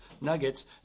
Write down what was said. nuggets